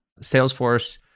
Salesforce